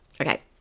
Okay